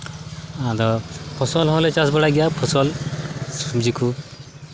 ᱟᱫᱚ ᱯᱷᱚᱥᱚᱞ ᱦᱚᱸᱞᱮ ᱪᱟᱥ ᱵᱟᱲᱟᱭ ᱜᱮᱭᱟ ᱯᱷᱚᱥᱚᱞ ᱥᱚᱵᱽᱡᱤ ᱠᱚ